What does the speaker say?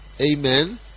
Amen